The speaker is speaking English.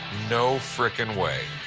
no frickin' way.